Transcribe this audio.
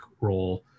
role